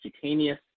cutaneous